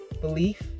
belief